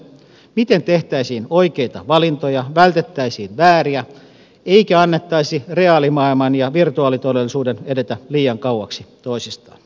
miten tehtäisiin oikeita valintoja vältettäisiin vääriä eikä annettaisi reaalimaailman ja virtuaalitodellisuuden edetä liian kauaksi toisistaan